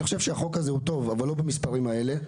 החוק הזה הוא טוב אבל לא במספרים האלה.